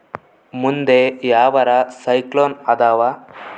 ಮುಂದೆ ಯಾವರ ಸೈಕ್ಲೋನ್ ಅದಾವ?